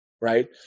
Right